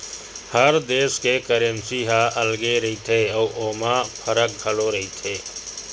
हर देस के करेंसी ह अलगे रहिथे अउ ओमा फरक घलो रहिथे